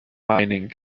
mining